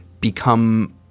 become